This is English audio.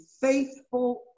faithful